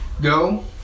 Go